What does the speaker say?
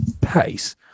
pace